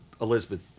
Elizabeth